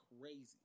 crazy